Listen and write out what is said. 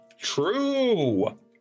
True